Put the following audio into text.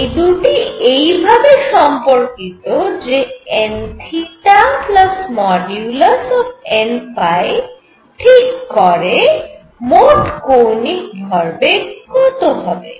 এই দুটি এই ভাবে সম্পর্কিত যে nn ঠিক করে মোট কৌণিক ভরবেগ কত হবে